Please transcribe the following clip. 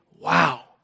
wow